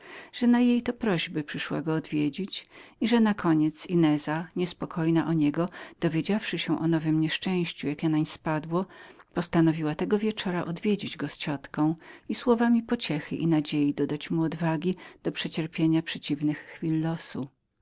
że na jej prośby przyszła go odwiedzić i że nakoniec ineza niespokojna o niego dowiedziawszy się o nowem nieszczęściu jakie nań spadło postanowiła tego wieczora odwiedzić go z ciotką i słowami pociechy i nadziei dodać mu odwagi do przecierpienia przeciwnych chwil losu